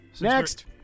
Next